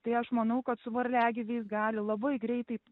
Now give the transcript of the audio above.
tai aš manau kad su varliagyviais gali labai greitai